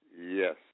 yes